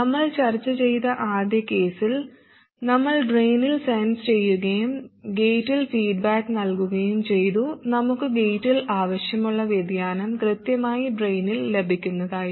നമ്മൾ ചർച്ച ചെയ്ത ആദ്യ കേസിൽ നമ്മൾ ഡ്രെയിനിൽ സെൻസ് ചെയ്യുകയും ഗേറ്റിൽ ഫീഡ്ബാക്ക് നല്കുകയും ചെയ്തു നമുക്ക് ഗേറ്റിൽ ആവശ്യമുള്ള വ്യതിയാനം കൃത്യമായി ഡ്രെയിനിൽ ലഭിക്കുന്നതായിരുന്നു